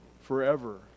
forever